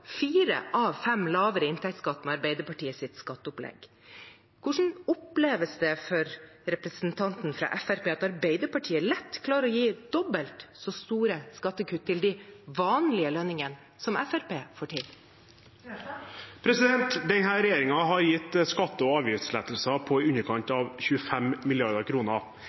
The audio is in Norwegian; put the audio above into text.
fire av fem lavere inntektsskatt med Arbeiderpartiets skatteopplegg. Hvordan oppleves det for representanten fra Fremskrittspartiet at Arbeiderpartiet lett klarer å gi dobbelt så store skattekutt til de vanlige lønningene som det Fremskrittspartiet får til? Denne regjeringen har gitt skatte- og avgiftslettelser på i underkant av 25